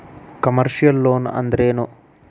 Concessional loan ಅಂದ್ರೇನು?